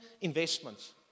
investments